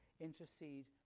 intercede